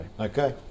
Okay